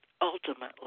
ultimately